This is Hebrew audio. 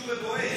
השתמשו בבואש.